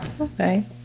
okay